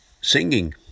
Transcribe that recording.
singing